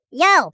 yo